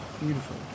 beautiful